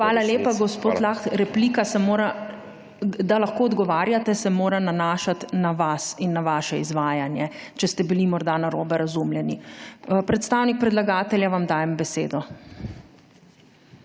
Hvala lepa, gospod Lah. Replika se mora, da lahko odgovarjate, se mora nanašati na vas in na vaše izvajanje, če ste bili morda narobe razumljeni. Predstavnik predlagatelja, vam dajem besedo.